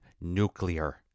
nuclear